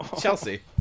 Chelsea